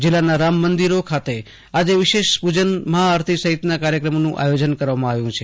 જિલ્લાના રામ મંદિરો ખતે આજે વિશેષ પુજન મહાઆરતી સહિતના કાર્યક્રમોનું આયોજન કરવામાં આવ્યું છે